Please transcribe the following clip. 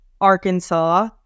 Arkansas